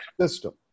system